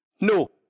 No